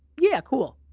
yeah, cool,